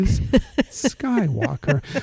Skywalker